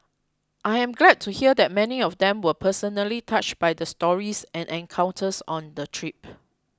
I am glad to hear that many of them were personally touched by the stories and encounters on the trip